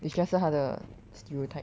it's just 她的 stereotype